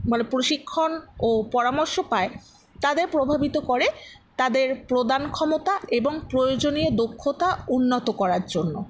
মানে প্রশিক্ষণ ও পরামর্শ পায় তাদের প্রভাবিত করে তাদের প্রদান ক্ষমতা এবং প্রয়োজনীয় দক্ষতা উন্নত করার জন্য